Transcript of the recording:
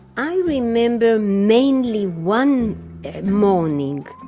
i remember mainly one morning,